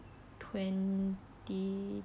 twenty